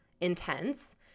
intense